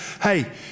hey